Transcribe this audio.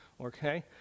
okay